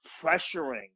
pressuring